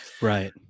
Right